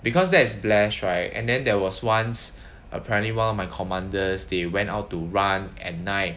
because that is blessed right and then there was once apparently one of my commanders they went out to run at night